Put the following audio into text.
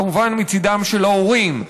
כמובן מצידם של ההורים,